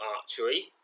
archery